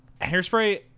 Hairspray